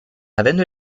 avendo